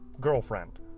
girlfriend